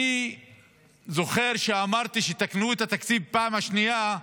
אני זוכר, כשתיקנו את התקציב בפעם השנייה,